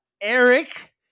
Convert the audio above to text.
Eric